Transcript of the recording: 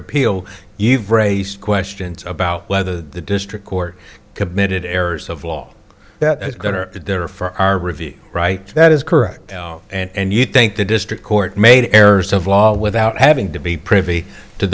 appeal you've raised questions about whether the district court committed errors of law that are there for our review right that is correct and you think the district court made errors of law without having to be privy to